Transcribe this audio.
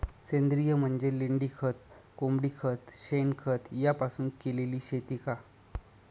सेंद्रिय म्हणजे लेंडीखत, कोंबडीखत, शेणखत यापासून केलेली शेती का?